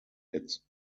its